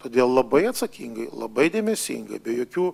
todėl labai atsakingai labai dėmesingai be jokių